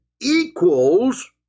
equals